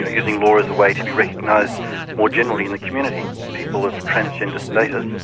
ah using law as a way to be recognised more generally in the community. people of transgender status,